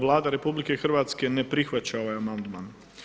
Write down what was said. Vlada RH ne prihvaća ovaj amandman.